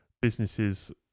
businesses